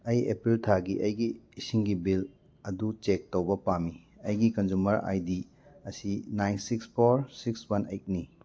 ꯑꯩ ꯑꯦꯄ꯭ꯔꯤꯜ ꯊꯥꯒꯤ ꯑꯩꯒꯤ ꯏꯁꯤꯡꯒꯤ ꯕꯤꯜ ꯑꯗꯨ ꯆꯦꯛ ꯇꯧꯕ ꯄꯥꯝꯃꯤ ꯑꯩꯒꯤ ꯀꯟꯖꯨꯃꯔ ꯑꯥꯏ ꯗꯤ ꯑꯁꯤ nine six four six one ꯑꯩꯠꯅꯤ